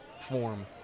form